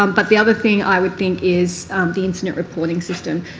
um but the other thing i would think is the incident reporting system.